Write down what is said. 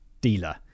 dealer